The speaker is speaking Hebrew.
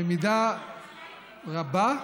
במידה רבה,